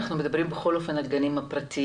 אנחנו מדברים בכל אופן על הגנים הפרטיים.